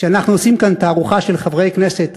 כשאנחנו עושים כאן תערוכה של חברי כנסת,